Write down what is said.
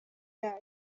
yayo